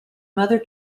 mother